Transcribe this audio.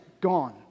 gone